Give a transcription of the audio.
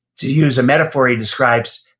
to use a metaphor he describes,